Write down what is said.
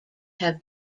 have